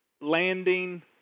landing